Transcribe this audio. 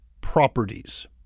properties